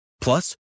Plus